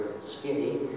skinny